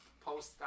Post